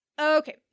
Okay